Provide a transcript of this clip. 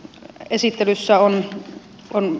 arvoisa herra puhemies